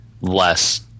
less